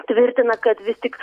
tvirtina kad vis tik